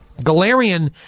Galarian